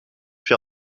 fait